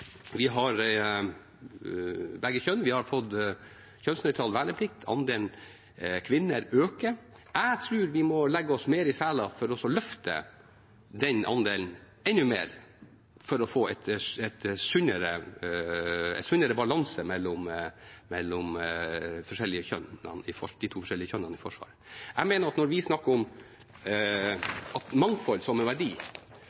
vi har begge kjønn. Vi har fått kjønnsnøytral verneplikt, og andelen kvinner øker. Jeg tror vi må legge oss mer i selen for å løfte den andelen enda mer, for å få en sunnere balanse mellom kjønnene i Forsvaret. Jeg mener at når vi snakker om